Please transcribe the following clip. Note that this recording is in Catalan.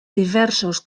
diversos